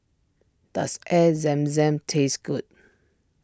does Air Zam Zam taste good